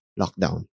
lockdown